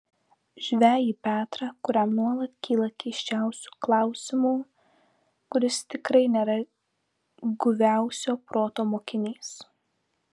žvejį petrą kuriam nuolat kyla keisčiausių klausimų kuris tikrai nėra guviausio proto mokinys